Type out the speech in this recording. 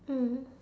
mm